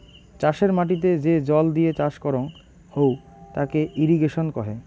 চাষের মাটিতে যে জল দিয়ে চাষ করং হউ তাকে ইরিগেশন কহে